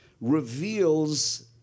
reveals